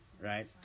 Right